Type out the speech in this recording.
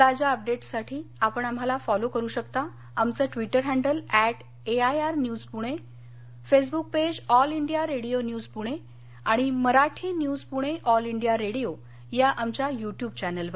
ताज्या अपडेट्ससाठी आपण आम्हाला फॉलो करू शकता आमचं Twitter handle at AIR news Pune Facebook page All India Radio news Pune आणि Marathi news Pune All India Radio या आमच्या युट्युब चॅनेलवर